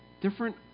Different